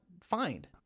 find